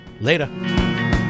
Later